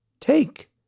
Take